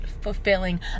fulfilling